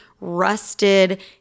rusted